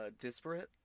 disparate